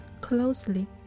closely